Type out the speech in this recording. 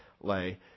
lay